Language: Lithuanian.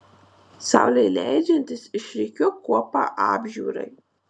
saulei leidžiantis išrikiuok kuopą apžiūrai